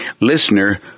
listener